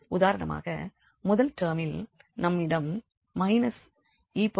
உதாரணமாக முதல் டெர்மில் நம்மிடம் e xxsin y இருக்கிறது